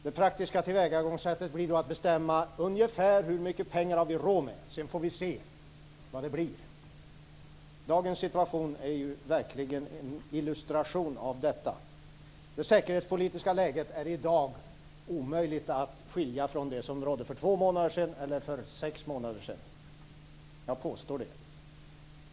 Det praktiska tillvägagångssättet blir då att bestämma ungefär hur mycket pengar vi har råd med, och sedan får vi se vad det blir. Dagens situation är verkligen en illustration av detta. Det säkerhetspolitiska läget är i dag omöjligt att skilja från det som rådde för två månader sedan eller för sex månader sedan. Jag påstår det.